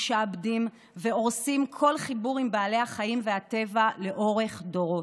משעבדים והורסים כל חיבור עם בעלי החיים והטבע לאורך דורות.